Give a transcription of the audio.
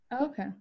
Okay